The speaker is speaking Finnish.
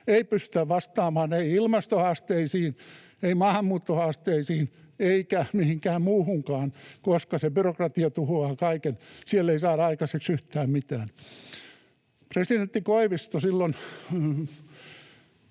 ei pystytä vastaamaan ilmastohaasteisiin, maahanmuuttohaasteisiin eikä mihinkään muuhunkaan, koska se byrokratia tuhoaa kaiken. Sillä ei saada aikaiseksi yhtään mitään. Presidentti Koivisto piti